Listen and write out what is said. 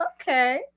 Okay